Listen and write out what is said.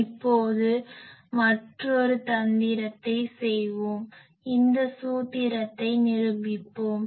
இப்போது மற்றொரு தந்திரத்தை செய்வோம் இந்த சூத்திரத்தை நிரூபிப்போம்